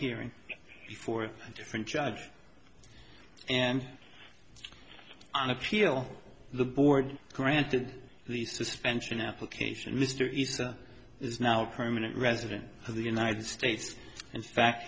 hearing before a different judge and on appeal the board granted the suspension application mr isa is now a permanent resident of the united states in fact